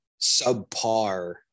subpar